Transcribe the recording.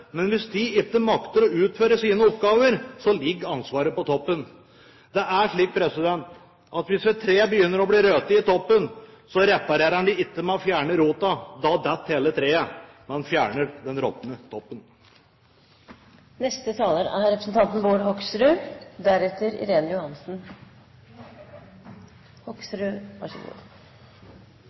men hvis de ikke makter å utføre sine oppgaver, ligger ansvaret på toppen. Det er slik at hvis et tre begynner å bli råttent i toppen, reparerer en det ikke med å fjerne roten, da detter hele treet. Man fjerner den råtne toppen. Mye av debatten i dag har dreid seg om statsråder som ikke orienterer Stortinget på en god